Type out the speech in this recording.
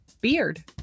beard